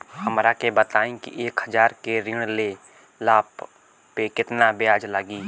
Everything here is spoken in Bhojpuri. हमरा के बताई कि एक हज़ार के ऋण ले ला पे केतना ब्याज लागी?